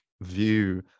view